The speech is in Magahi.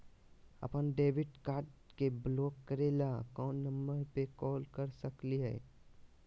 अपन डेबिट कार्ड के ब्लॉक करे ला कौन नंबर पे कॉल कर सकली हई?